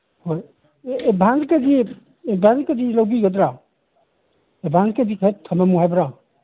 ꯍꯣꯏ ꯑꯦꯚꯥꯟꯁꯀꯗꯤ ꯑꯦꯚꯥꯟꯁꯀꯗꯤ ꯂꯧꯕꯤꯒꯗ꯭ꯔ ꯑꯦꯚꯥꯟꯁꯀꯗꯤ ꯈꯔ ꯊꯝꯃꯝꯃꯨ ꯍꯥꯏꯕ꯭ꯔ